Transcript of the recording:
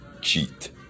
cheat